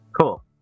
Cool